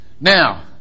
Now